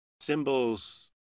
Symbols